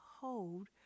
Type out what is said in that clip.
hold